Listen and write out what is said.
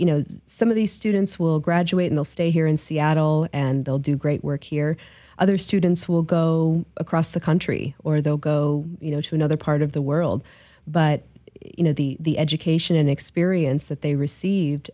you know some of these students will graduate in they'll stay here in seattle and they'll do great work here other students will go across the country or they'll go you know to another part of the world but you know the education experience that they received